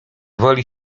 woli